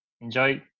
Enjoy